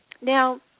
now